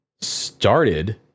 started